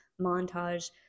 montage